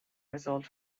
result